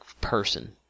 person